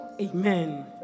Amen